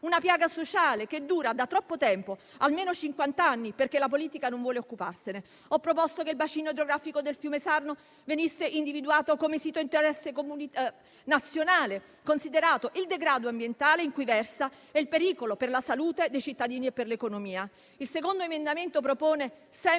una piaga sociale che dura da troppo tempo (almeno cinquant'anni), perché la politica non vuole occuparsene. Ho proposto che il bacino idrografico del fiume Sarno venisse individuato come sito di interesse nazionale, considerato il degrado ambientale in cui versa e il pericolo per la salute dei cittadini e per l'economia. Il mio secondo emendamento, sempre